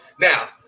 Now